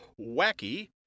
wacky